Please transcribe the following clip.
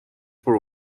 for